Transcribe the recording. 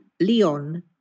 Leon